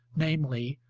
namely,